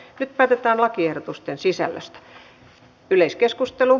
nyt päätetään lakiehdotusten sisällöstä